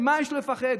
ממה יש לפחד?